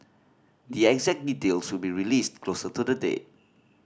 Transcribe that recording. the exact details will be released closer to the date